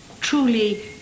truly